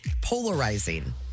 polarizing